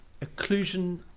occlusion